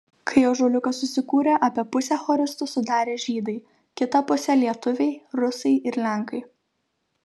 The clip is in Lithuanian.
kai ąžuoliukas susikūrė apie pusę choristų sudarė žydai kitą pusę lietuviai rusai ir lenkai